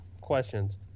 questions